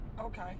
Okay